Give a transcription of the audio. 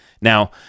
Now